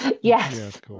Yes